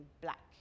black